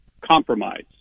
compromise